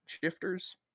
shifters